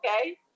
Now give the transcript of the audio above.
Okay